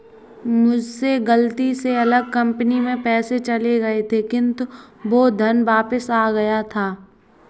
मुझसे गलती से अलग कंपनी में पैसे चले गए थे किन्तु वो धन वापिस आ गया था